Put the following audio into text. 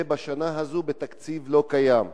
ובתקציב בשנה הזו זה לא קיים.